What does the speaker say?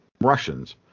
Russians